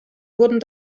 wurden